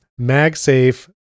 MagSafe